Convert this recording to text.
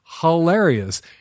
hilarious